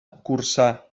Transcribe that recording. corçà